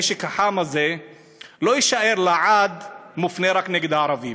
הנשק החם הזה לא יישאר לעד מופנה רק נגד ערבים.